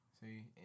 See